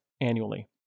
annually